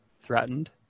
threatened